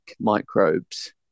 microbes